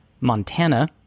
montana